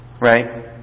Right